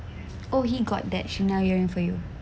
oh he got that Chanel earring for you